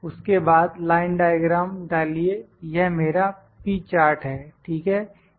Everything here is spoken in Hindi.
उसके बाद लाइन डायग्राम डालिए यह मेरा p चार्ट है ठीक है